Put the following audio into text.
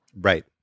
right